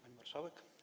Pani Marszałek!